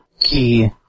key